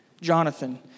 Jonathan